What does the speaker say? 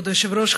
כבוד היושב-ראש,